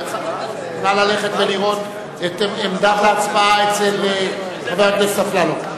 נא ללכת ולראות את עמדת ההצבעה אצל חבר הכנסת אפללו.